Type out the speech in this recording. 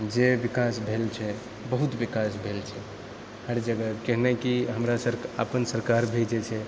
जे विकास भेल छै बहुत विकास भेल छै हर जगह किआक नहि कि हमरा सर अपन सरकार भी जे छै